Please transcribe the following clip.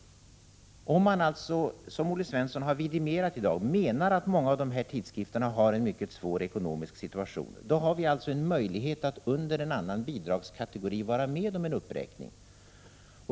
Om man alltså, såsom Olle Svensson har vidimerat i dag, menar att många av de här tidskrifterna har en mycket svår ekonomisk situation, har vi alltså en möjlighet att under en annan bidragskategori vara med om en uppräkning.